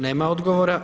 Nema odgovora.